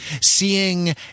seeing